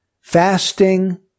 fasting